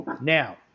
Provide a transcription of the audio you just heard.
Now